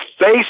face